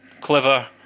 clever